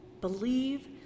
Believe